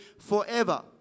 forever